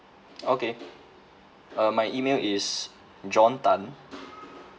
okay uh my email is john tan